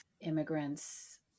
immigrants